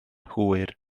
hwyr